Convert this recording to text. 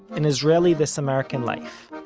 an israeli this american life.